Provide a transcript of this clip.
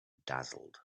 dazzled